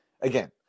again